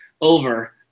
over